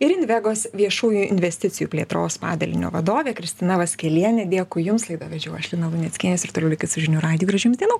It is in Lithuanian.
ir invegos viešųjų investicijų plėtros padalinio vadovė kristina vaskelienė dėkui jums laidą vedžiau aš lina luneckienė ir toliau likit su žinių radiju gražių jums dienų